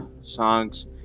songs